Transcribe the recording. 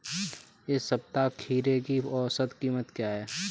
इस सप्ताह खीरे की औसत कीमत क्या है?